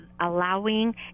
allowing